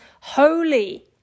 holy